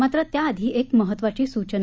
मात्र त्याआधी एक महत्त्वाची सूचना